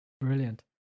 brilliant